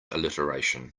alliteration